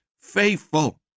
faithful